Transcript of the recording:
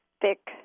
thick